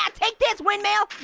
um take this windmill.